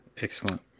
Excellent